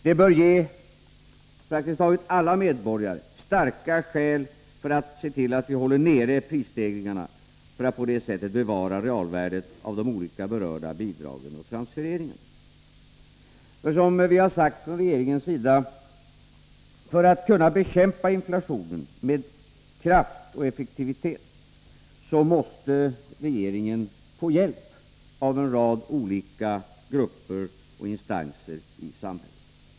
Det bör ge praktiskt taget alla medborgare starka skäl för att hålla nere prisstegringarna för att på det sättet bevara realvärdet av de olika berörda bidragen och transfereringarna. Men, som vi har sagt från regeringens sida, för att kunna bekämpa inflationen med kraft och effektivitet måste regeringen få hjälp av en rad olika grupper och instanser i samhället.